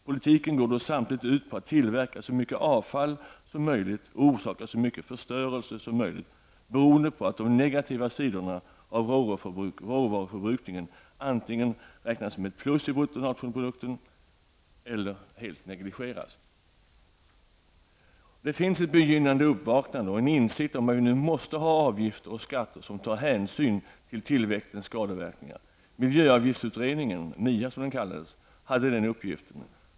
Politiken går då samtidigt ut på att tillverka så mycket avfall som möjligt och orsaka så mycket förstörelse som möjligt beroende på att de negativa sidorna av råvaruförbrukningen antingen räknas som ett plus i bruttonationalprodukten eller helt negligeras. Det finns ett begynnande uppvaknande och en insikt om att vi nu måste ha avgifter och skatter som tar hänsyn till tillväxtens skadeverkningar. Miljöavgiftsutredningen hade den uppgiften.